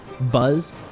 buzz